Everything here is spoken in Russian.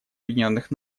объединенных